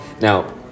Now